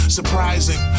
Surprising